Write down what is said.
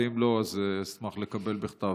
אם לא, אשמח לקבל בכתב.